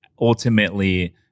ultimately